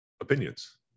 opinions